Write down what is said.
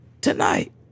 tonight